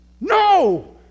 No